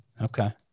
Okay